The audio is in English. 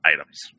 items